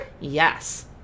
Yes